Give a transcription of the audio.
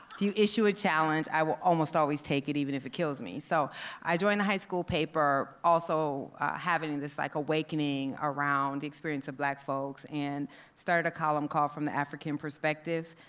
if you issue a challenge, i will almost always take it even if it kills me. so i joined the high school paper, also having this like awakening around the experience of black folks and started a column called from the african perspective.